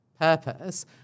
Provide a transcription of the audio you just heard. Purpose